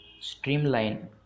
Streamline